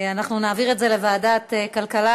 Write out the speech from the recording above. אנחנו נעביר את זה לוועדת הכלכלה.